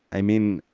i mean,